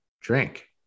drink